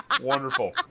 wonderful